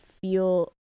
feel